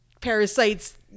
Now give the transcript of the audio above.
parasites